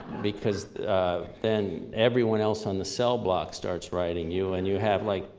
because then, everyone else on the cell block starts writing you, and you have, like,